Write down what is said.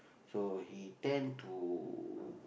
so he tend to